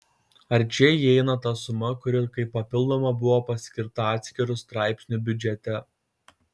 ar čia įeina ta suma kuri kaip papildoma buvo paskirta atskiru straipsniu biudžete